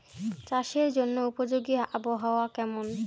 চাষের জন্য উপযোগী আবহাওয়া কেমন?